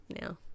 now